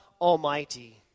Almighty